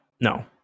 no